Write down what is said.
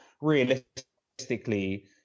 realistically